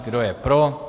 Kdo je pro?